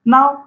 Now